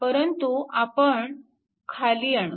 परंतु आपण खाली आणू